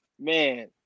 man